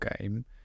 game